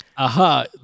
Aha